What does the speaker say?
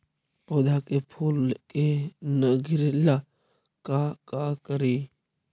पौधा के फुल के न गिरे ला का करि?